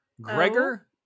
Gregor